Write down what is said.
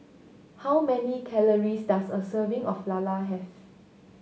how many calories does a serving of lala have